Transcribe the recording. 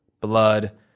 blood